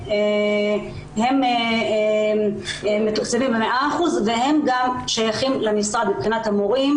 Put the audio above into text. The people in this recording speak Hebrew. הם מתוקצבים ב-100% והם גם שייכים למשרד מבחינת המורים,